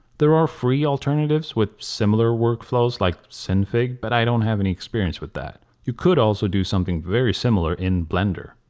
there are free alternatives with similar workflows like synfig but i don't have any experience with that. you could also do something very similar in blender.